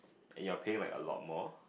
you're paying like a lot more